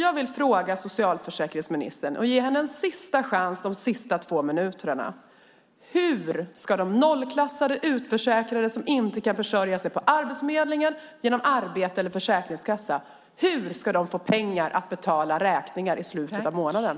Jag vill ge socialförsäkringsministern en sista chans att svara på frågan: Hur ska de nollklassade utförsäkrade som inte kan försörja sig på Arbetsförmedlingen, genom arbete eller försäkringskassa få pengar att betala räkningar i slutet av månaden?